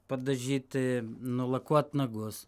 padažyti nulakuot nagus